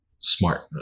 smart